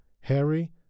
Harry